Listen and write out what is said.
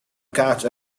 catch